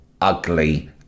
ugly